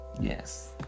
Yes